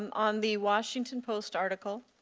um on the washington post article,